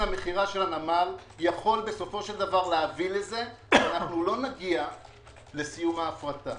המכירה של הנמל יכול להביא לכך שלא נגיע לסיום ההפרטה,